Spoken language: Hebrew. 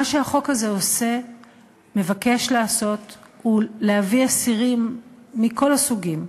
מה שהחוק הזה מבקש לעשות הוא להביא אסירים מכל הסוגים,